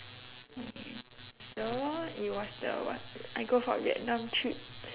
okay so it was the what I go for vietnam trip